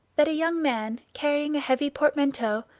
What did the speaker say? that a young man, carrying a heavy portmanteau,